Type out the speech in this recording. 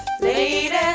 Lady